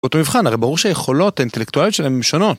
אותו מבחן, הרי ברור שיכולות האינטלקטואליות שלהן שונות.